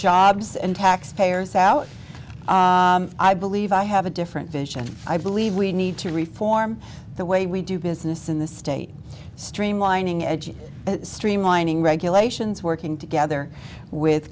jobs and taxpayers out i believe i have a different vision i believe we need to reform the way we do business in the state streamlining edge streamlining regulations working together with